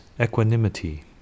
equanimity